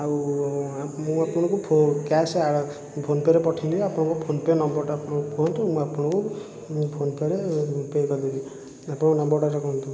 ଆଉ ମୁଁ ଆପଣଙ୍କୁ କ୍ୟାସ୍ ଆଡ଼ ଫୋନ୍ ପେ'ରେ ପଠେଇଲେ ଆପଣଙ୍କ ଫୋନ୍ ପେ' ନମ୍ବରଟା କୁହନ୍ତୁ ମୁଁ ଆପଣଙ୍କୁ ମୁଁ ଫୋନ୍ ପେ'ରେ ପେ' କରିଦେବି ଆପଣଙ୍କ ନମ୍ବରଟା ଡାକନ୍ତୁ